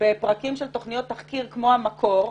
בפרקים של תוכניות תחקיר כמו "המקור",